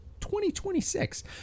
2026